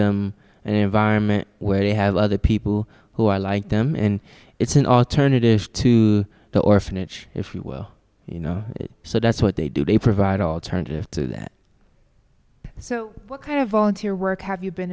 them an environment where they have other people who are like them and it's an alternative to the orphanage if you will you know so that's what they do they provide alternative to that so what kind of volunteer work have you been